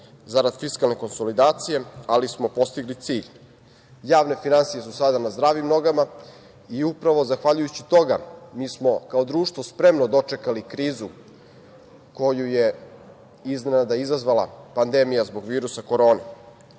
zarad fiskalne konsolidacije, ali smo postigli cilj – javne finansije su sada na zdravim nogama i upravo zahvaljujući tome mi smo kao društvo spremno dočekali krizu koju je iznenada izazvala pandemija zbog virusa korone.